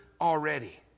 already